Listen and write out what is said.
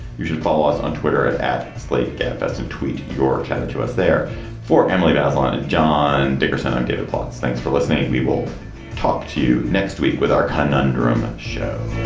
you should follow us on twitter and at slate gabfests and tweet your chatter to us there for emily bazelon and john dickerson i'm david plotz. thanks for listening. we will talk to you next week with our conundrum show